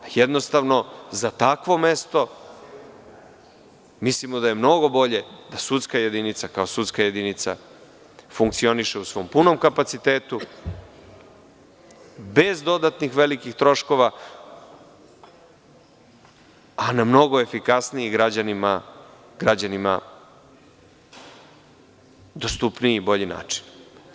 Jednostavno, za takvo mesto, mislimo da je mnogo bolje da sudska jedinica kao sudska jedinica funkcioniše u svom punom kapacitetu, bez dodatnih velikih troškova, a namnogo efikasniji, dostupniji i bolji način građanima.